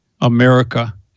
america